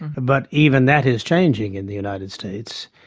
but even that is changing in the united states.